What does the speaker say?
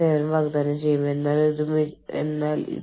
ചില രാജ്യങ്ങളിൽ വിലാസങ്ങൾ ദൈർഘ്യമേറിയതായിരിക്കാം